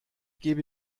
gebe